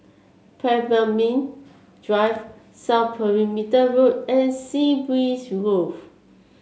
Pemimpin Drive South Perimeter Road and Sea Breeze Grove